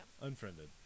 unfriended